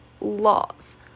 laws